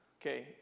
Okay